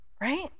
right